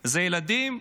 ילדים,